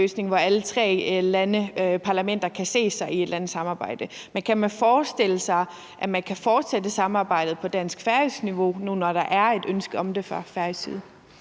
hvor alle tre lande og parlamenter kan se sig i et eller andet samarbejde. Men kan man forestille sig, at man kan fortsætte samarbejdet på dansk-færøsk niveau nu, når der er et ønske om det fra færøsk